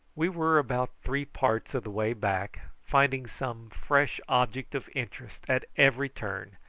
we were about three parts of the way back, finding some fresh object of interest at every turn,